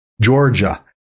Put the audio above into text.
Georgia